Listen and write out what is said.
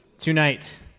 Tonight